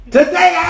Today